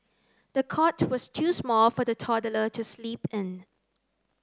the cot was too small for the toddler to sleep in